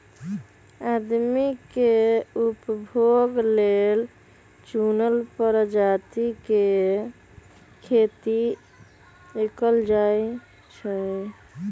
आदमी के उपभोग लेल चुनल परजाती के खेती कएल जाई छई